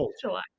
July